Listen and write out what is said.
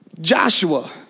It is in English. Joshua